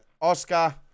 Oscar